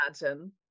imagine